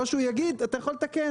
או שהוא יגיד, אתה יכול לתקן.